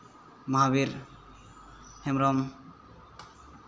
Mohabir Hembrom